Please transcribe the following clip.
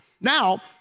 Now